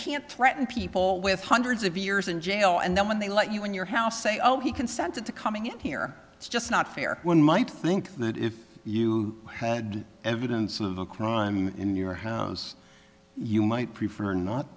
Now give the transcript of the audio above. can't threaten people with hundreds of years in jail and then when they let you in your house say oh he consented to coming in here it's just not fair one might think that if you had evidence of a crime in your house you might prefer not